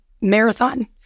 marathon